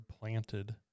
planted